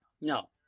No